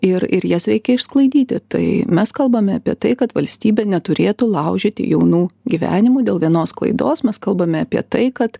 ir ir jas reikia išsklaidyti tai mes kalbame apie tai kad valstybė neturėtų laužyti jaunų gyvenimų dėl vienos klaidos mes kalbame apie tai kad